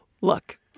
Look